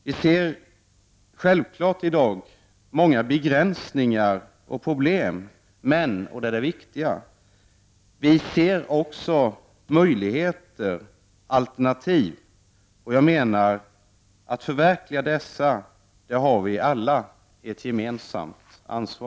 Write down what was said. Vi ser i dag många begränsningar och problem men, vilket är det viktiga, också möjligheter och alternativ. Alla har ett gemensamt ansvar för att förverkliga dessa.